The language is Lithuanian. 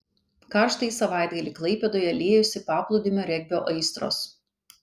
karštąjį savaitgalį klaipėdoje liejosi paplūdimio regbio aistros